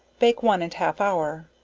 bake one and half hour.